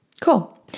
Cool